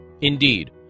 Indeed